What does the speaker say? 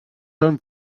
són